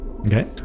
Okay